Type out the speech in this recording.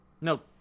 No